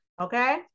okay